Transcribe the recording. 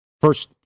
first